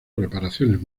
reparaciones